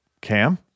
Cam